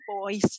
boys